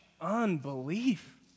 unbelief